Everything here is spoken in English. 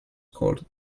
called